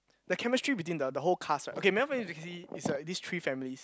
the chemistry between the the whole cast right okay modern family is basically is uh these three families